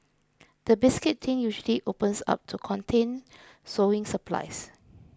the biscuit tin usually opens up to contain sewing supplies